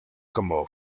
como